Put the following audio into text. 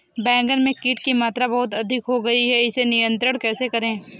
बैगन में कीट की मात्रा बहुत अधिक हो गई है इसे नियंत्रण कैसे करें?